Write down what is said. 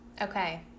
Okay